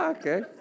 Okay